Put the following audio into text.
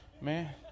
man